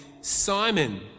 Simon